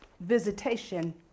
visitation